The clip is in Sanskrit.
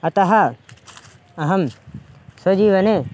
अतः अहं स्वजीवने